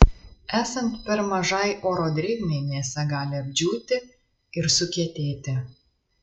esant per mažai oro drėgmei mėsa gali apdžiūti ir sukietėti